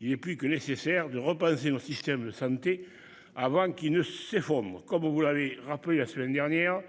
Il est plus que nécessaire de repenser le système de santé avant qu'il ne s'effondre comme vous l'avez rappelé, la semaine dernière